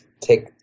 Take